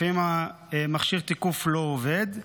לפעמים מכשיר התיקוף לא עובד,